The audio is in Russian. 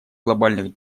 глобальных